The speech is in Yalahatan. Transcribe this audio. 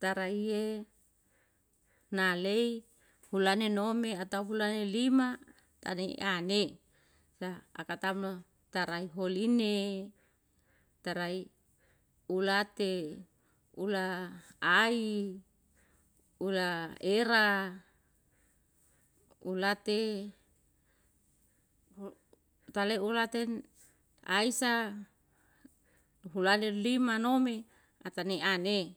Taraiye na lei hulane nome atau hulane lima tane ane na akatama tarai holine tarai hulate hula ai hula era hulate tale ulaten aisya hulale lima nome hatane ane